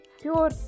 pure